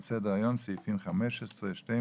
על סדר היום סעיפים 15, 12,